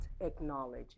acknowledge